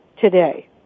today